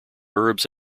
herbs